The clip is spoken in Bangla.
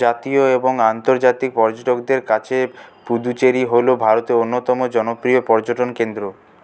জাতীয় এবং আন্তর্জাতিক পর্যটকদের কাছে পুদুচেরি হলো ভারতের অন্যতম জনপ্রিয় পর্যটন কেন্দ্র